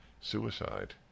suicide